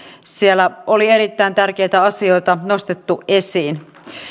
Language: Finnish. siellä oli erittäin tärkeitä asioita nostettu esiin